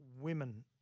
women